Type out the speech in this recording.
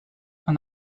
and